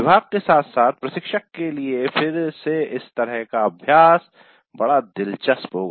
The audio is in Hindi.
विभाग के साथ साथ प्रशिक्षक के लिए फिर से इस तरह का अभ्यास बड़ा दिलचस्प होगा